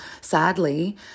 sadly